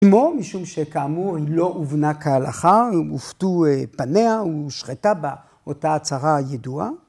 ‫...מור, משום שכאמור ‫היא לא הובנה כהלכה, ‫עוותו פניה, ‫הושחתה באותה ההצהרה הידועה.